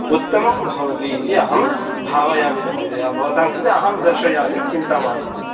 उत्तमं भवति इति अहं भावयामि महोदय भवतां कृते अहं दर्शयामि चिन्ता मास्तु